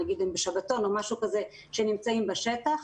נגיד הם בשבתון או משהו כזה שנמצאים בשטח.